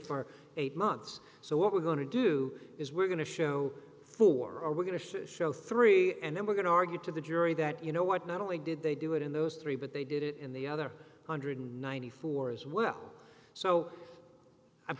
for eight months so what we're going to do is we're going to show for we're going to show three and then we're going to argue to the jury that you know what not only did they do it in those three but they did it in the other one hundred and ninety four as well so i'm